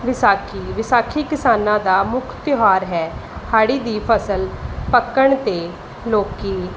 ਵਿਸਾਖੀ ਵਿਸਾਖੀ ਕਿਸਾਨਾਂ ਦਾ ਮੁੱਖ ਤਿਉਹਾਰ ਹੈ ਹਾੜ੍ਹੀ ਦੀ ਫਸਲ ਪੱਕਣ 'ਤੇ ਲੋਕ